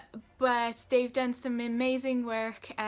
but they've done some amazing work,